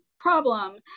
problem